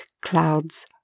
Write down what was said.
clouds